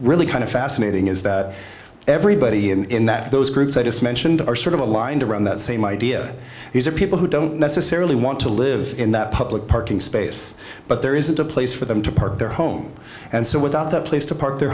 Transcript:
really kind of fascinating is that everybody in that those groups i just mentioned are sort of aligned around that same idea these are people who don't necessarily want to live in that public parking space but there isn't a place for them to park their home and so without the place to park their